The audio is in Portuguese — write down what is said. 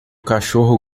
cachorro